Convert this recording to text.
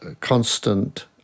constant